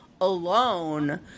alone